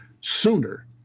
sooner